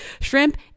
shrimp